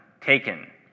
taken